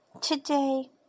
Today